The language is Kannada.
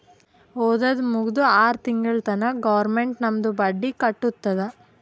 ಓದದ್ ಮುಗ್ದು ಆರ್ ತಿಂಗುಳ ತನಾ ಗೌರ್ಮೆಂಟ್ ನಮ್ದು ಬಡ್ಡಿ ಕಟ್ಟತ್ತುದ್